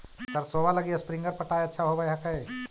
सरसोबा लगी स्प्रिंगर पटाय अच्छा होबै हकैय?